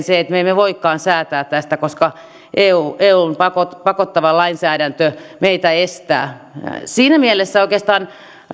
se että me emme voikaan säätää tästä koska eun pakottava pakottava lainsäädäntö meitä estää siinä mielessä oikeastaan